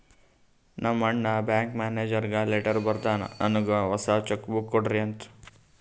ನಮ್ ಅಣ್ಣಾ ಬ್ಯಾಂಕ್ ಮ್ಯಾನೇಜರ್ಗ ಲೆಟರ್ ಬರ್ದುನ್ ನನ್ನುಗ್ ಹೊಸಾ ಚೆಕ್ ಬುಕ್ ಕೊಡ್ರಿ ಅಂತ್